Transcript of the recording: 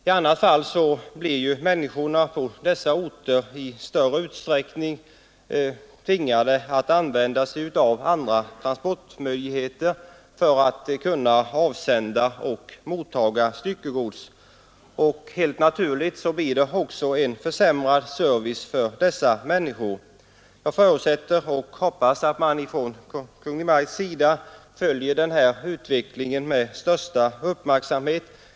I annat fall blir människorna på dessa orter tvingade att i större utsträckning använda sig av andra transportmöjligheter för att kunna avsända och mottaga styckegods, och helt naturligt innebär det en försämrad service för dessa människor. Jag förutsätter och hoppas att Kungl. Maj:t följer den här utvecklingen med största uppmärksamhet.